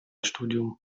studium